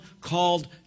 called